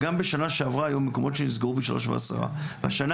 וגם בשנה שעברה היו מקומות שנסגרו ב-15:10 והשנה